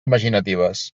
imaginatives